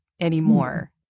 Anymore